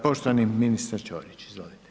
Poštovani ministar Čorić, izvolite.